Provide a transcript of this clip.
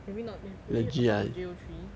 maybe not maybe apart from J O three